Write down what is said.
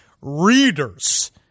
readers